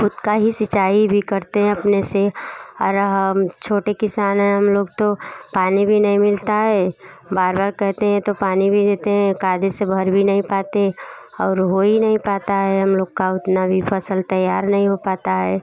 खुद का ही सिंचाई भी करते हैं अपने से और हम छोटे किसान हैं हम लोग तो पानी भी नहीं मिलता है बार बार कहते हैं तो पानी भी देते हैं कायदे से भर भी नहीं पाते और होई नहीं पाता है हम लोग का उतना भी फसल तैयार नहीं हो पाता है